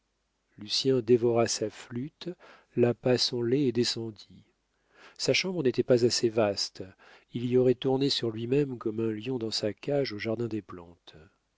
le vieillard lucien dévora sa flûte lappa son lait et descendit sa chambre n'était pas assez vaste il y aurait tourné sur lui-même comme un lion dans sa cage au jardin-des-plantes a